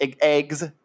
eggs